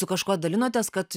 su kažkuo dalinotės kad